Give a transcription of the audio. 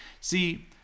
see